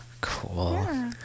Cool